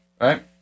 Right